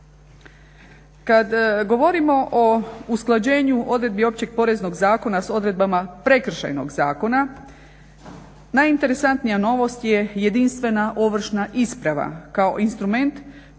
Kada govorimo o usklađenju odredbi Općeg poreznog zakona s odredbama Prekršajnog zakona najinteresantnija novost je jedinstvena ovršna isprava kao instrument koji omogućava